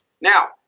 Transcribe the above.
Now